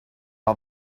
all